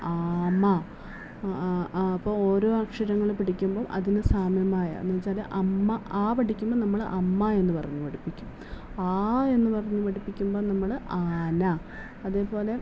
ആമ അപ്പം ഓരോ അക്ഷരങ്ങൾ പഠിക്കുമ്പോൾ അതിന് സാമ്യമായ എന്ന്വച്ചാൽ അമ്മ അ പഠിക്കുമ്പോൾ നമ്മൾ അമ്മ എന്ന് പറഞ്ഞ് പഠിപ്പിക്കും ആ എന്ന് പറഞ്ഞ് പഠിപ്പിക്കുമ്പോൾ നമ്മൾ ആന അതേപോലെ